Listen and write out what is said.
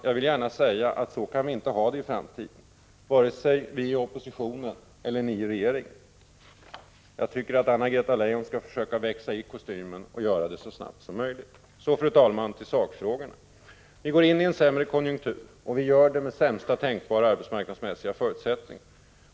Jag vill säga: Så kan vi inte ha det i framtiden, vare sig vi i oppositionen eller ni i regeringen. Jag tycker att Anna-Greta Leijon skall försöka växa i kostymen och göra det så snabbt som möjligt. Så till sakfrågorna. Vi går in i en sämre konjunktur, och vi gör det med sämsta tänkbara arbetsmarknadsmässiga förutsättningar.